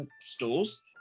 stores